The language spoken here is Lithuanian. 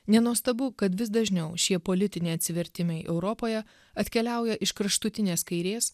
nenuostabu kad vis dažniau šie politiniai atsivertimai europoje atkeliauja iš kraštutinės kairės